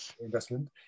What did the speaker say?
investment